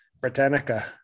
britannica